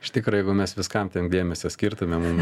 iš tikro jeigu mes viskam tiek dėmesio skirtumėm mum